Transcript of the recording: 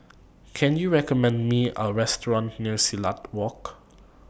Can YOU recommend Me A Restaurant near Silat Walk